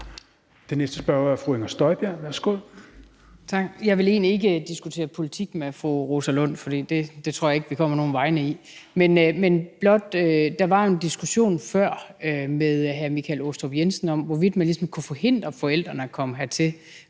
Værsgo. Kl. 14:45 Inger Støjberg (UFG): Tak. Jeg vil egentlig ikke diskutere politik med fru Rosa Lund, for det tror jeg ikke vi kommer nogen vegne med. Men der var en diskussion før med hr. Michael Aastrup Jensen om, hvorvidt man ligesom kunne forhindre forældrene i at komme hertil,